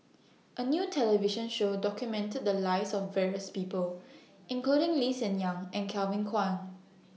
A New television Show documented The Lives of various People including Lee Hsien Yang and Kevin Kwan